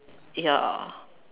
ya